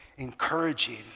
encouraging